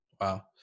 Wow